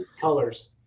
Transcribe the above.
colors